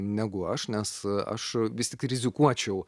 negu aš nes aš vis tik rizikuočiau